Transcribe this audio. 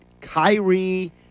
Kyrie